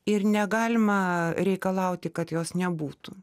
ir negalima reikalauti kad jos nebūtų